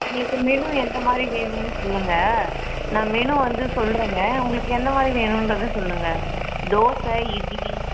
உங்களுக்கு மெனு எந்தமாதிரி வேணுமுன்னு சொல்லுங்க நான் மெனு வந்து சொல்கிறேங்க உங்களுக்கு எந்த மாதிரி வேணுங்றத சொல்லுங்க தோசை இட்லி